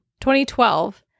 2012